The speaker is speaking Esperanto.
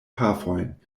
pafojn